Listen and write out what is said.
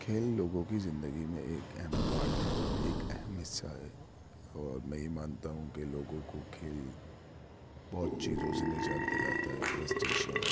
کھیل لوگوں کی زندگی میں ایک اہم پارٹ ہے ایک اہم حصہ ہے اور میں یہ مانتا ہوں کہ لوگوں کو کھیل بہت چیزوں سے نجات دلاتا ہے فرسٹیشن